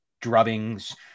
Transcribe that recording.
drubbing's